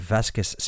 Vasquez